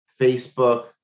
Facebook